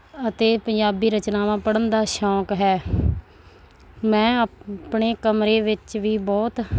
ਅਤੇ ਪੰਜਾਬੀ ਰਚਨਾਵਾਂ ਪੜ੍ਹਨ ਦਾ ਸ਼ੌਂਕ ਹੈ ਮੈਂ ਆਪਣੇ ਕਮਰੇ ਵਿੱਚ ਵੀ ਬਹੁਤ